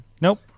Nope